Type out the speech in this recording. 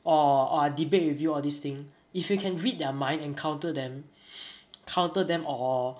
or oh I debate with you all these thing if you can read their mind and counter them counter them or